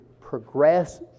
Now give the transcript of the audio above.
progress